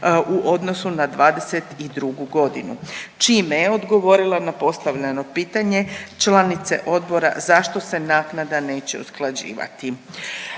u odnosu na '22.g., čime je odgovorila na postavljeno pitanje članice odbora zašto se naknada neće usklađivati.